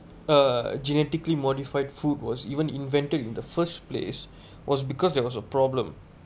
uh genetically modified food was even invented in the first place was because there was a problem